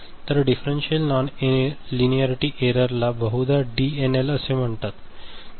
तर differential non linearity एररला बहुधा डीएनएल असे म्हणतात